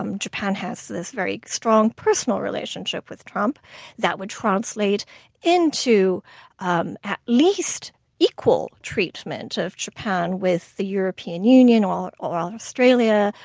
um japan has a very strong, personal relationship with trump that would translate into um at least equal treatment of japan with the european union or or australia.